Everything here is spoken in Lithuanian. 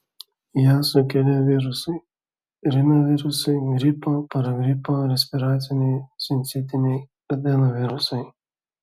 ją sukelia virusai rinovirusai gripo paragripo respiraciniai sincitiniai adenovirusai